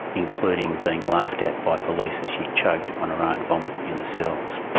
including being laughed at by police as she choked on her own vomit in the cells.